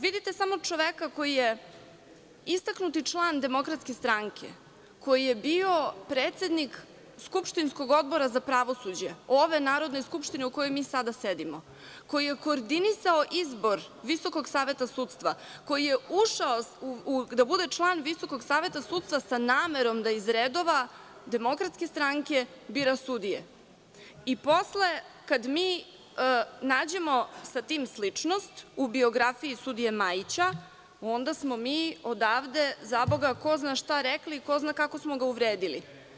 Vidite samo čoveka koji je istaknuti član DS, koji je bio predsednik skupštinskog Odbora za pravosuđe ove Narodne skupštine u kojoj mi sada sedimo, koji je koordinisao izbor Visokog saveta sudstva, koji je ušao da bude član Visokog saveta sudstva sa namerom da iz redova DS bira sudije i posle kada mi nađemo sa tim sličnost u biografiji sudije Majića, onda smo mi odavde, zaboga, ko zna šta rekli i ko zna kako smo ga uvredili.